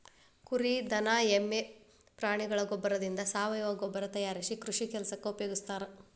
ಕುರಿ ದನ ಎಮ್ಮೆ ಪ್ರಾಣಿಗಳ ಗೋಬ್ಬರದಿಂದ ಸಾವಯವ ಗೊಬ್ಬರ ತಯಾರಿಸಿ ಕೃಷಿ ಕೆಲಸಕ್ಕ ಉಪಯೋಗಸ್ತಾರ